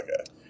Okay